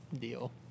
deal